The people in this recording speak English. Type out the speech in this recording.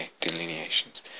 delineations